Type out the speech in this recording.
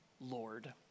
Lord